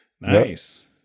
nice